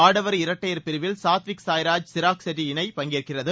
ஆடவர் இரட்டையர் பிரிவில் சாத்விக்சாய் ராஜ் சிராக் செட்டி இணை பங்கேற்கிறது